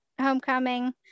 homecoming